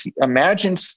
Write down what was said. imagine